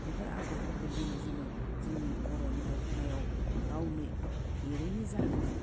बेफोर आग'रफोरखौ दिनै जोङो जोंनि बर'नि दख'नायाव गावनो एरैनो जाहोनाव